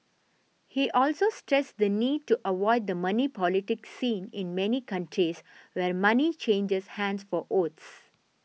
he also stressed the need to avoid the money politics seen in many countries where money changes hands for votes